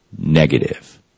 negative